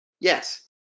Yes